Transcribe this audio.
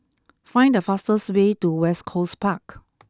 find the fastest way to West Coast Park